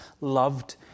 loved